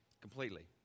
completely